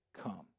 come